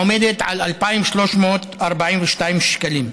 עומדת על 2,342 שקלים.